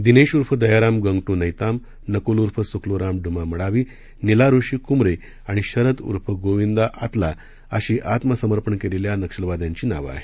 दिनेश उर्फ दयाराम गंगटू नत्तीम नकूल उर्फ सुखालूराम डुमा मडावी निला ऋषी कूमरे आणि शरद उर्फ गोविंदा आतला अशी आत्मसमर्पण केलेल्या नक्षल्यांची नावे आहेत